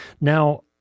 Now